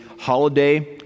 holiday